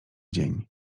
dzień